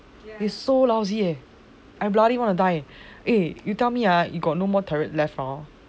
they so lousy eh I bloody want to die eh you tell me ah if you got no more turret left ah